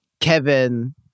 Kevin